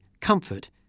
comfort